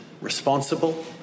responsible